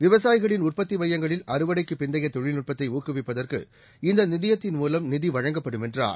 விவசாயிகளின் உற்பத்திமையங்களில் அறுவடைக்குப் பிந்தையதொழில்நுட்பத்தைஊக்குவிப்பதற்கு இந்தநிதியத்தின் மூலம் நிதிவழங்கப்படும் என்றார்